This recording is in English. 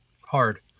hard